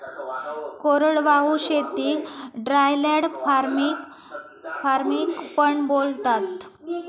कोरडवाहू शेतीक dryland farming पण बोलतात